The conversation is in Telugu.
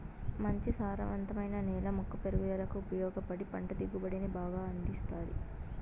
మంచి సారవంతమైన నేల మొక్క పెరుగుదలకు ఉపయోగపడి పంట దిగుబడిని బాగా అందిస్తాది